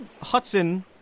Hudson